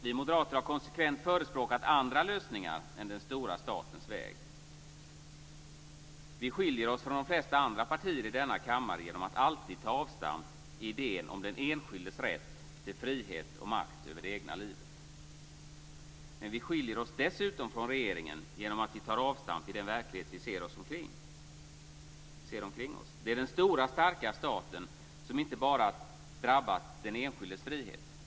Vi moderater har konsekvent förespråkat andra lösningar än den stora statens väg. Vi skiljer oss från de flesta andra partier i denna kammare genom att alltid ta avstamp i idén om den enskildes rätt till frihet och makt över det egna livet. Men vi skiljer oss dessutom från regeringen genom att vi tar avstamp i den verklighet som vi ser omkring oss. Den stora starka staten har inte bara drabbat den enskildes frihet.